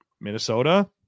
Minnesota